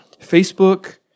Facebook